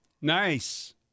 Nice